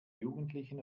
jugendlichen